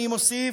אני מוסיף,